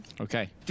okay